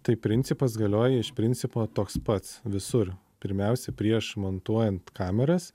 tai principas galioja iš principo toks pats visur pirmiausia prieš montuojant kameras